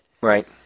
Right